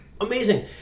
amazing